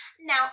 Now